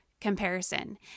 comparison